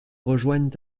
rejoignent